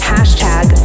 Hashtag